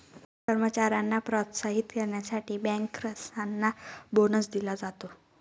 कर्मचाऱ्यांना प्रोत्साहित करण्यासाठी बँकर्सना बोनस दिला जातो